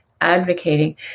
advocating